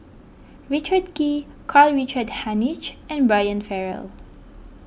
Richard Kee Karl Richard Hanitsch and Brian Farrell